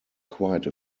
quite